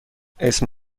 اسم